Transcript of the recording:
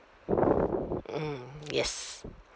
mm yes